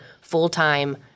full-time